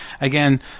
again